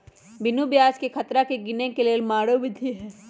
बिनु ब्याजकें खतरा के गिने के लेल मारे विधी हइ